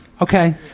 Okay